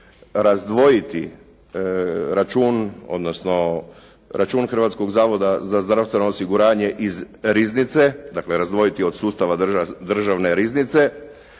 odnosno račun Hrvatskog zavoda za zdravstveno osiguranje iz riznice, dakle razdvojiti od sustava Državne riznice